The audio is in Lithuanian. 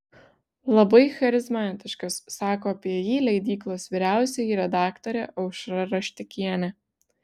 labai charizmatiškas sako apie jį leidyklos vyriausioji redaktorė aušra raštikienė